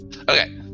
Okay